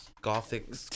gothic